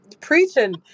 preaching